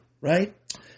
right